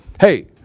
hey